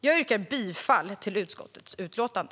Jag yrkar bifall till utskottets utlåtande.